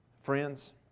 Friends